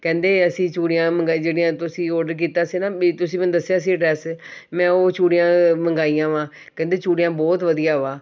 ਕਹਿੰਦੇ ਅਸੀਂ ਚੂੜੀਆਂ ਮੰਗਾ ਜਿਹੜੀਆਂ ਤੁਸੀਂ ਔਡਰ ਕੀਤਾ ਸੀ ਨਾ ਵੀ ਤੁਸੀਂ ਮੈਨੂੰ ਦੱਸਿਆ ਸੀ ਐਡਰੈਸ ਮੈਂ ਉਹ ਚੂੜੀਆਂ ਮੰਗਾਈਆਂ ਵਾਂ ਕਹਿੰਦੇ ਚੂੜੀਆਂ ਬਹੁਤ ਵਧੀਆ ਵਾ